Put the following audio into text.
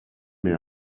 met